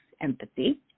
empathy